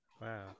Wow